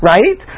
Right